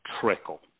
trickle